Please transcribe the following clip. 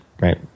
right